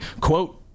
quote